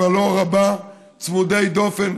כבר לא רבה: צמודי דופן,